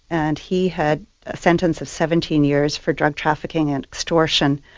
and he had a sentence of seventeen years for drug trafficking and extortion.